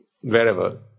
wherever